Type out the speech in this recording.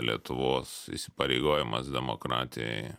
lietuvos įsipareigojimas demokratijai